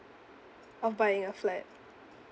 of buying a flat